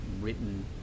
written